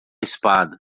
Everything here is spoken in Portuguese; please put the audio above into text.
espada